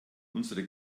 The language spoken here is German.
unsere